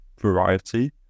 variety